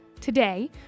Today